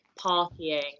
partying